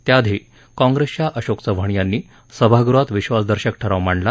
त्याआधी काँप्रेसच्या अशोक चव्हाण यांनी सभागृहात विधासदर्शक ठराव मांडला